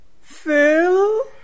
Phil